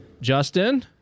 Justin